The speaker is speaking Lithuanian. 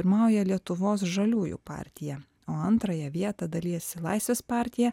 pirmauja lietuvos žaliųjų partija o antrąją vietą dalijasi laisvės partija